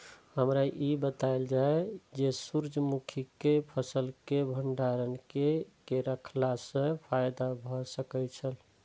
हमरा ई बतायल जाए जे सूर्य मुखी केय फसल केय भंडारण केय के रखला सं फायदा भ सकेय छल?